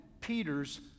Peter's